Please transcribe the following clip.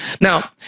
Now